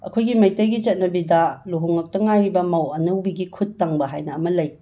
ꯑꯩꯈꯣꯏꯒꯤ ꯃꯩꯇꯩꯒꯤ ꯆꯠꯅꯕꯤꯗ ꯂꯨꯍꯣꯡꯂꯛꯇ ꯉꯥꯏꯔꯤꯕ ꯃꯧ ꯑꯅꯧꯕꯤꯒꯤ ꯈꯨꯠ ꯇꯪꯕ ꯍꯥꯏꯅ ꯑꯃ ꯂꯩ